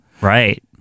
Right